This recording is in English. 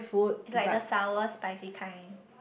it's like the sour spicy kind